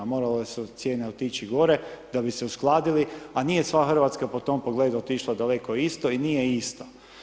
Morale su cijene otići gore da bi se uskladili, a nije sva Hrvatska po tom pogledu otišla daleko isto i nije isto.